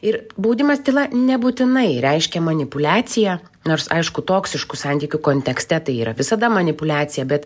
ir baudimas tyla nebūtinai reiškia manipuliaciją nors aišku toksiškų santykių kontekste tai yra visada manipuliacija bet